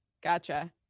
Gotcha